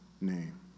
name